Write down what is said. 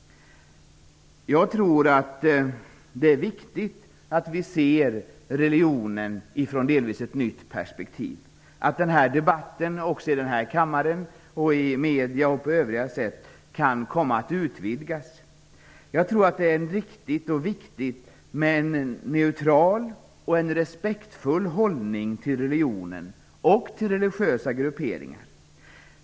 Jag tror att det är viktigt att vi ser religionen i ett delvis nytt perspektiv. Debatten i denna kammare, i medierna och på andra ställen bör utvidgas. Jag tror att det är riktigt och viktigt med en neutral och respektfull hållning till religionen och till religiösa grupperingar.